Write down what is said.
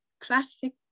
Classic